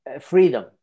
freedom